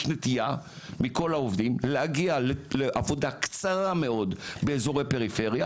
יש נטייה מכל העובדים להגיע לעבודה קצרה מאוד באזורי פריפריה